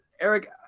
Eric –